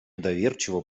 доверчиво